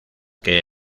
que